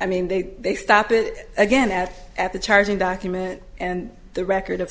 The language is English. i mean they they stopped it again at at the charging document and the record of